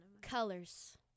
Colors